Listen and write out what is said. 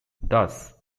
thus